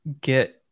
get